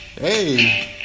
Hey